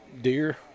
deer